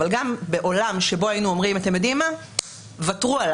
אבל גם בעולם שבו היינו אומרים: ותרו על